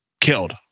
killed